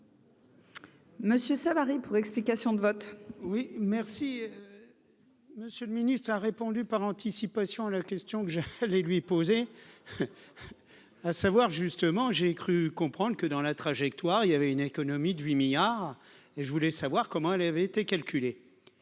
Monsieur Savary pour explication de vote. Oui, merci, monsieur le ministre a répondu par anticipation la question que je les lui poser, à savoir, justement, j'ai cru comprendre que dans la trajectoire, il y avait une économie de 8 milliards et je voulais savoir comment elle avait été calculé